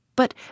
but